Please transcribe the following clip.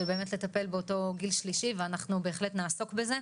שזה באמת לטפל בגיל השלישי ואנחנו בהחלט נעסוק בזה.